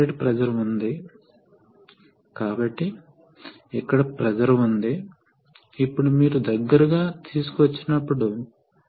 ఈ side check valve ఉచిత ప్రవాహం కనుక ఇది దీని గుండా వెళుతుంది మరియు ఇది రాడ్ ఎండ్లోకి ప్రవేశిస్తుంది